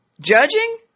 Judging